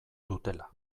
dutela